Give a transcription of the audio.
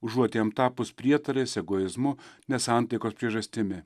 užuot jam tapus prietaras egoizmu nesantaikos priežastimi